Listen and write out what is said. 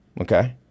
Okay